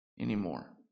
anymore